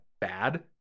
bad